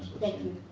thank you.